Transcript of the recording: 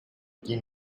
die